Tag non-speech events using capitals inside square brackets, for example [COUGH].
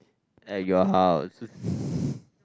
at your house [BREATH]